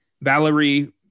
Valerie